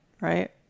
right